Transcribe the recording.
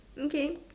okay